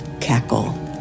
cackle